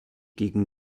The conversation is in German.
gegen